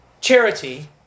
Charity